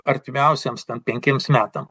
artimiausiems penkiems metam